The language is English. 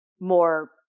more